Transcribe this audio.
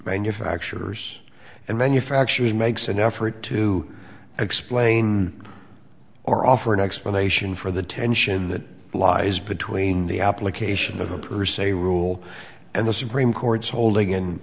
manufacturers and manufacturers makes an effort to explain or offer an explanation for the tension that lies between the application of the per se rule and the supreme court's holding in